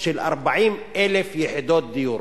של 40,000 יחידות דיור.